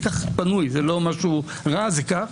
כך זה בנוי, זה לא משהו רע, זה כך.